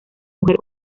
mujer